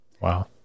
Wow